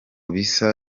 bisa